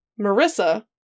Marissa